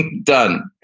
done.